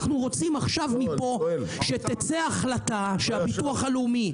אנחנו רוצים שמפה תצא החלטה שהביטוח הלאומי,